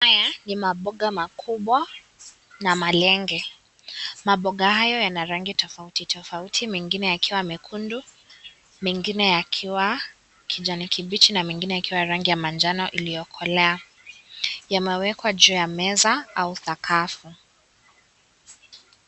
Haya ni maboga makubwa na malenge. Maboga hayo yana rangi tofauti tofauti. Mengine yakiwa mekundu, mengine yakiwa kijani kibichi na mengine yakiwa rangi ya manjano iliyokolea. Yamewekwa juu ya meza au sakafu.